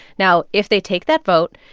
now, if they take that vote,